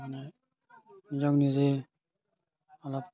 মানে নিজক নিজে অলপ